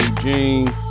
Jean